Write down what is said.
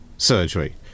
surgery